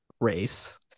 race